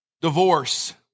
divorce